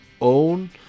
own